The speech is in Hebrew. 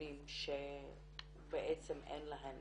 ארגונים שבעצם אין להם